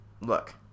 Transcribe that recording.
look